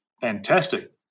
fantastic